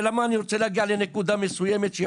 אני רוצה להגיע לנקודה שתשמע